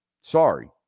sorry